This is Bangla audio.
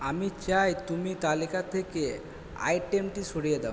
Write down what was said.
আমি চাই তুমি তালিকা থেকে আইটেমটি সরিয়ে দাও